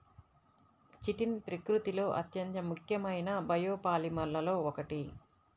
chitin ప్రకృతిలో అత్యంత ముఖ్యమైన బయోపాలిమర్లలో ఒకటి